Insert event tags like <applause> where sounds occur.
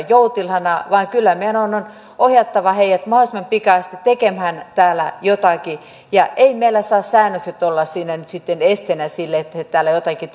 <unintelligible> joutilaana vaan kyllä meidän on ohjattava heidät mahdollisimman pikaisesti tekemään täällä jotakin ja eivät meillä saa säännökset olla siinä nyt sitten esteenä sille että he täällä jotakin <unintelligible>